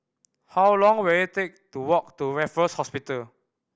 how long will it take to walk to Raffles Hospital